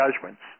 judgments